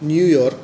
New York